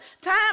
Time